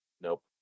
Nope